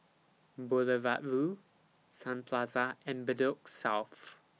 Boulevard Vue Sun Plaza and Bedok South